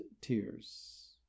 tears